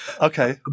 okay